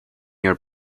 your